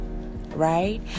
right